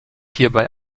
hierbei